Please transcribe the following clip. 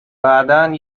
بعدا